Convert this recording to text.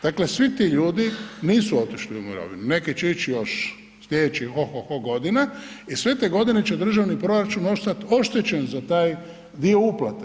Dakle, svi ti ljudi nisu otišli u mirovinu, neki će ići još slijedećih ohooooho godina i sve te godine će državni proračun ostat oštećen za taj dio uplate.